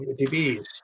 dbs